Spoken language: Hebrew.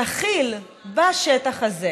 תחיל בשטח הזה